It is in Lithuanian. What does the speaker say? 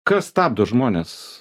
kas stabdo žmones